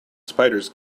spiders